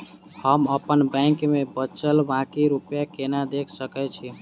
हम अप्पन बैंक मे बचल बाकी रुपया केना देख सकय छी?